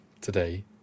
today